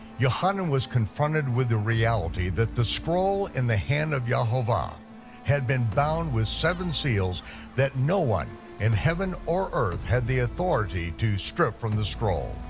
yochanan was confronted with the reality that the scroll in the hand of yehovah had been bound with seven seals that no one in heaven or earth had the authority to strip from the scroll.